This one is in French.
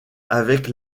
avec